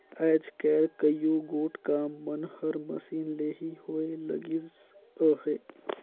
आएज काएल कइयो गोट काम मन हर मसीन ले ही होए लगिस अहे